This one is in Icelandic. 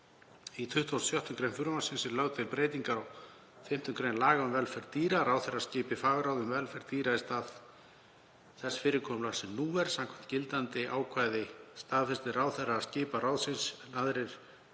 26. gr. frumvarpsins er lögð til breyting á 5. gr. laga um velferð dýra, ráðherra skipi fagráð um velferð dýra í stað þess fyrirkomulags sem nú er. Samkvæmt gildandi ákvæði staðfestir ráðherra skipan ráðsins en aðrir